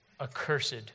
Accursed